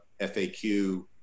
FAQ